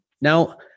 Now